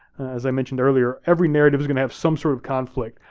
as i mentioned earlier, every narrative is gonna have some sort of conflict,